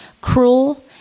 cruel